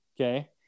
Okay